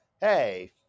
hey